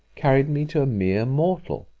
carried me to a mere mortal.